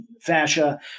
fascia